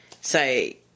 say